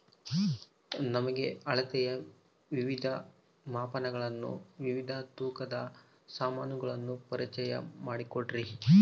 ನಮಗೆ ಅಳತೆಯ ವಿವಿಧ ಮಾಪನಗಳನ್ನು ವಿವಿಧ ತೂಕದ ಸಾಮಾನುಗಳನ್ನು ಪರಿಚಯ ಮಾಡಿಕೊಡ್ರಿ?